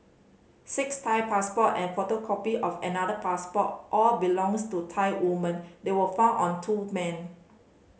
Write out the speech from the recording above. six Thai passport and a photocopy of another passport all belongs to Thai woman they were found on two men